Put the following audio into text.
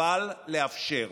אבל לאפשר.